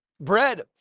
bread